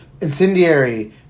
Incendiary